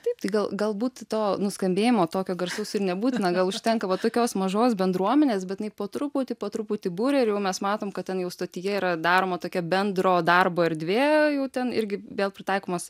taip tai gal galbūt to nuskambėjimo tokio garsaus ir nebūtina gal užtenka vat tokios mažos bendruomenės bet jinai po truputį po truputį buria ir jau mes matom kad ten jau stotyje yra daroma tokia bendro darbo erdvė jau ten irgi vėl pritaikomos